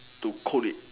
to code it